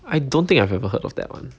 I don't think I've ever heard of that one